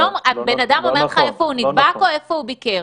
אדם אומר לך איפה הוא נדבק או איפה הוא ביקר?